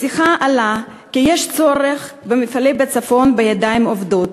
בשיחה עלה כי במפעלים בצפון יש צורך בידיים עובדות,